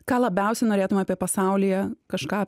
ką labiausiai norėtum apie pasaulyje kažką